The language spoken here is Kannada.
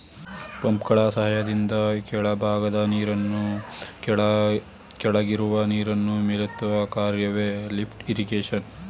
ಪಂಪ್ಗಳ ಸಹಾಯದಿಂದ ಕೆಳಭಾಗದ ನೀರನ್ನು ಕೆಳಗಿರುವ ನೀರನ್ನು ಮೇಲೆತ್ತುವ ಕಾರ್ಯವೆ ಲಿಫ್ಟ್ ಇರಿಗೇಶನ್